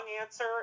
answer